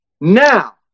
Now